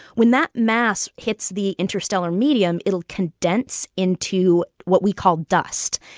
when that mass hits the interstellar medium, it'll condense into what we call dust.